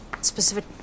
specific